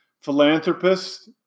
philanthropist